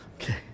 Okay